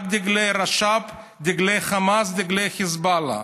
רק דגלי רש"פ, דגלי חמאס, דגלי חיזבאללה.